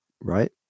right